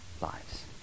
lives